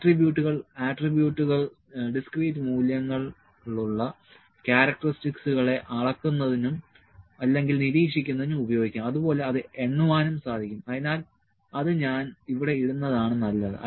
ആട്രിബ്യൂട്ടുകൾ ആട്രിബ്യൂട്ടുകൾ ഡിസ്ക്രീറ്റ് മൂല്യങ്ങളുള്ള ക്യാരക്ടറിസ്റ്റിക്സുകളെ അളക്കുന്നതിനും അല്ലെങ്കിൽ നിരീക്ഷിക്കുന്നതിനും ഉപയോഗിക്കാം അതുപോലെ അത് എണ്ണുവാനും സാധിക്കും അതിനാൽ അത് ഞാൻ ഇവിടെ ഇടുന്നതാണ് നല്ലത്